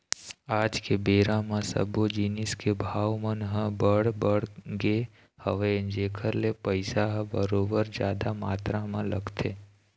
आज के बेरा म सब्बो जिनिस के भाव मन ह बड़ बढ़ गे हवय जेखर ले पइसा ह बरोबर जादा मातरा म लगथे